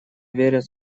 верят